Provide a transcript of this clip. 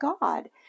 god